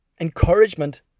encouragement